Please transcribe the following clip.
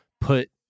put